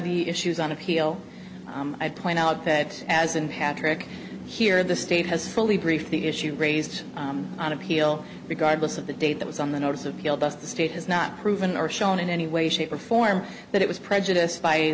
the issues on appeal i point out that as an patrick here the state has fully briefed the issue raised on appeal regardless of the date that was on the notice of appeal thus the state has not proven or shown in any way shape or form that it was prejudiced by